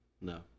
No